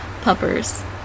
puppers